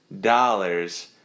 dollars